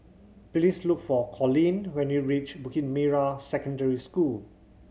please look for Collin when you reach Bukit Merah Secondary School